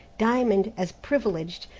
diamond, as privileged,